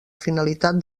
finalitat